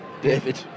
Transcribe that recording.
David